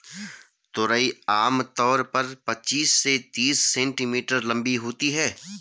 तुरई आम तौर पर पचीस से तीस सेंटीमीटर लम्बी होती है